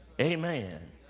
Amen